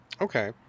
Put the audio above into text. Okay